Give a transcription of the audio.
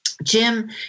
Jim